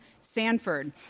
Sanford